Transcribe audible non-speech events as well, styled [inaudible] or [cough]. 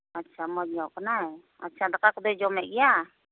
[unintelligible] ᱢᱚᱡᱽ ᱧᱚᱜ ᱠᱟᱱᱟᱭ ᱟᱪᱪᱷᱟ ᱫᱟᱠᱟ ᱠᱚᱫᱚᱭ ᱡᱚᱢᱮᱫ ᱜᱮᱭᱟ